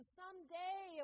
someday